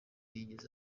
yigeze